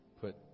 put